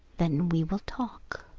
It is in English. then we will talk.